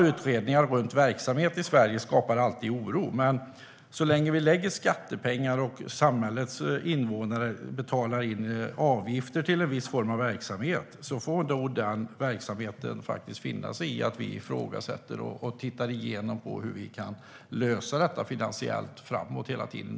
Utredningar kring verksamhet i Sverige skapar alltid oro - visst. Men så länge vi lägger skattepengar på och samhällets invånare betalar in avgifter till en viss form av verksamhet får den verksamheten faktiskt finna sig i att vi hela tiden ifrågasätter och ser över hur vi kan lösa detta finansiellt framåt.